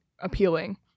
appealing